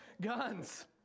guns